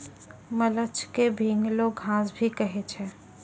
mulch क भींगलो घास भी कहै छै